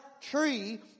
tree